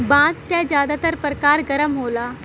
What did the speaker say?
बांस क जादातर परकार गर्म होला